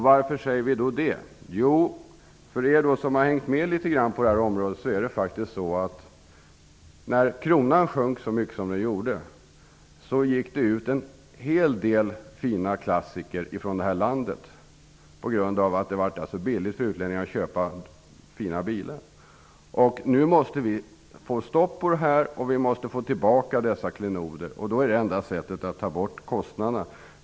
Varför vill vi då det? Ni som har hängt med litet grand på det här området vet att det gick ut en hel del fina klassiker från det här landet när kronan sjönk så mycket som den gjorde, på grund av att det blev billigt för utlänningar att köpa fina bilar här. Nu måste vi få stopp på det, och vi måste få tillbaka de klenoderna. Enda sättet är då att ta bort kostnaderna.